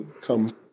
come